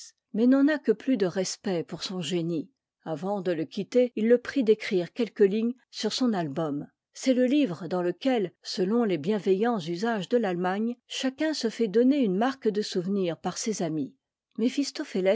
mais n'en a que plus de respect pour son génie avant de le quitter il le prie d'écrire quelques lignes sur son album c'est le livre dans lequel selon les bienveillants usages de l'allemagne chacun se fait donner une marque de souvenir par ses amis